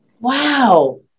Wow